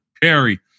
Perry